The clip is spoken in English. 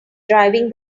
driving